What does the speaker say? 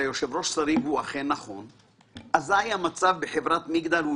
בישראל כל החברות מנהלות את כל האפיקים שציינתי,